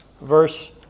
verse